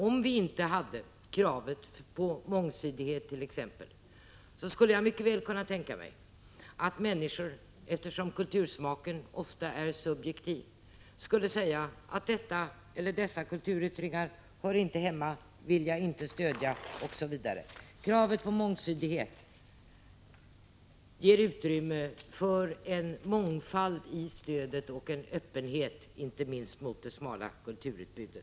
Om vi t.ex. inte hade kravet på mångsidighet, skulle jag mycket väl, eftersom kultursmaken ofta är subjektiv, kunna tänka mig att människor sade: Dessa yttringar hör inte hemma i kulturlivet, dem vill jag inte stödja, osv. — Kravet på mångsidighet ger utrymme för en mångfald i stödet och en öppenhet mot inte minst det smala kulturutbudet.